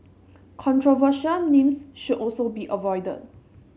controversial names should also be avoided